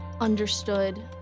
understood